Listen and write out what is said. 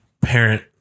parent